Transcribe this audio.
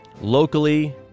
locally